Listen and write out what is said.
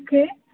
okay